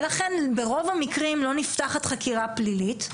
ולכן ברוב המקרים לא נפתחת חקירה פלילית.